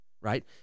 right